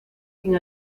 sin